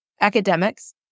academics